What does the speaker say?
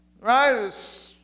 Right